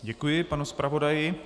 Děkuji panu zpravodaji.